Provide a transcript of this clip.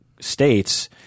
states